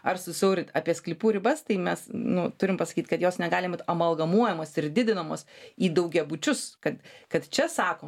ar susiaurint apie sklypų ribas tai mes nu turim pasakyt kad jos negali būt amalgamuojamos ir didinamos į daugiabučius kad kad čia sako